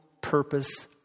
purpose